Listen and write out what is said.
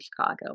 Chicago